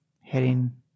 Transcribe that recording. heading